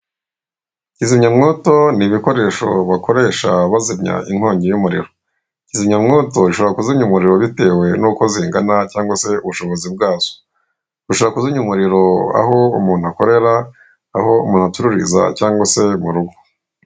Kizimyamoto n'ibikoresho bakoresha bazimya inkongi y'umuriro, kizimyamoto zishobora kuzimya umuriro bitewe n'uko zingana cyangwa se ubushobozi bwazo, bushobora kuzimya umuriro aho umuntu akorera, aho umuntu acururiza cyangwa se mu rugo.